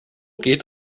geht